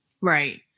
Right